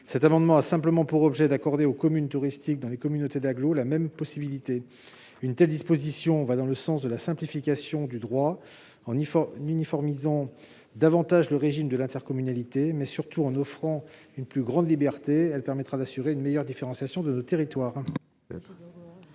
Cet amendement a pour objet d'accorder la même possibilité aux communes touristiques situées dans les communautés d'agglomération. Une telle disposition va dans le sens de la simplification du droit. En uniformisant davantage le régime de l'intercommunalité, mais surtout en offrant une plus grande liberté, elle permettra d'assurer une meilleure différenciation de nos territoires. La